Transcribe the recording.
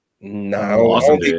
No